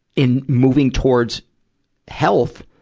in moving towards health,